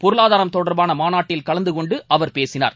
பொருளாதாரம் தொடர்பான மாநாட்டில் கலந்து கொண்டு அவர் பேசினார்